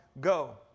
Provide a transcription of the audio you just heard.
go